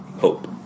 Hope